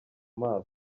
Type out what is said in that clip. maso